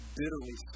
bitterly